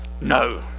No